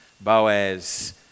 Boaz